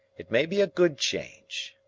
it may be a good change.